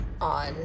on